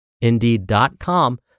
Indeed.com